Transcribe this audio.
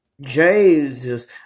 Jesus